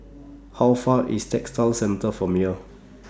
How Far IS Textile Centre from here